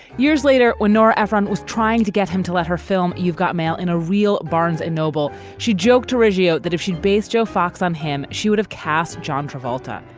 years later, when nora ephron was trying to get him to let her film, you've got mail in a real barnes and noble, she joked to ratio that if she'd base joe fox on him, she would have cast john travolta,